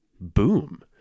boom